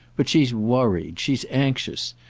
but she's worried, she's anxious,